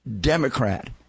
Democrat